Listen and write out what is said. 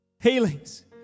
healings